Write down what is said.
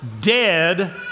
dead